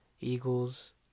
Eagles